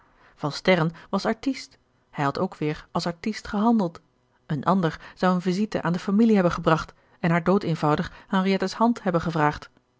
van sterren was artiste hij had ook weer als artiste gehandeld een ander zou een visite aan de familie hebben gebracht en haar dood eenvoudig henriettes hand hebben gevraagd